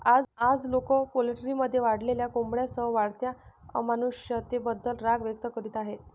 आज, लोक पोल्ट्रीमध्ये वाढलेल्या कोंबड्यांसह वाढत्या अमानुषतेबद्दल राग व्यक्त करीत आहेत